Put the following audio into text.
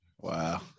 Wow